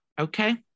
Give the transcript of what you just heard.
Okay